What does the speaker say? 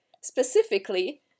specifically